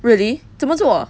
really 怎么做